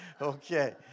okay